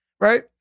right